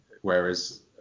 Whereas